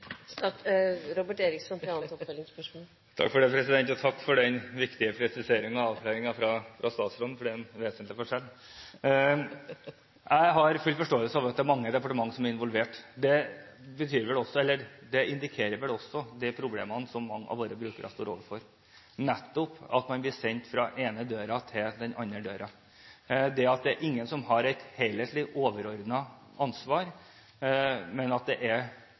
for den viktige presiseringen og avklaringen fra statsråden, for det er en vesentlig forskjell. Jeg har full forståelse for at det er mange departementer som er involvert. Det indikerer vel også de problemene som mange av våre brukere står overfor, nettopp dette at man blir sendt fra den ene døren til den andre, at ingen har et helhetlig, overordnet ansvar, men at det er pulverisert, fragmentert – fordelt på flere departementer, flere etater og flere andre myndigheter. Samtidig er det ingen som har